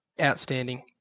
outstanding